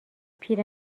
پیر